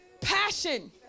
Passion